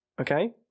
Okay